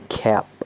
cap